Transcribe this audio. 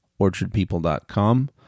OrchardPeople.com